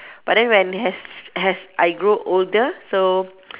but then when as as I grew older so